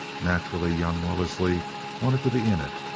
naturally, young wellesley wanted to be in it.